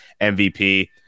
MVP